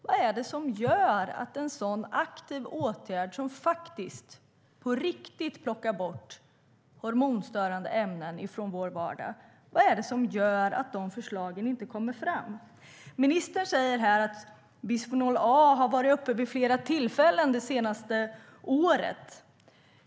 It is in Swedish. Vad är det som gör att förslag om en sådan aktiv åtgärd, som på riktigt plockar bort hormonstörande ämnen från vår vardag, inte kommer fram? Ministern säger att bisfenol A har varit uppe vid flera tillfällen det senaste året.